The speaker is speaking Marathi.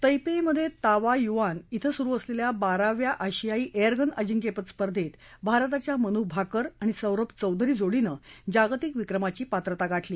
तैपेईमधे तावायुआन क्रें सुरु असलेल्या बाराव्या आशियाई एअरगन अजिंक्यपद स्पर्धेत भारताच्या मनू भाकर आणि सौरभ चौधरी जोडीनं जागतिक विक्रमाची पात्रता गाठली